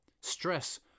Stress